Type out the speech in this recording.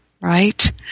right